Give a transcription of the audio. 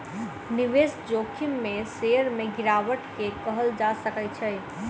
निवेश जोखिम में शेयर में गिरावट के कहल जा सकै छै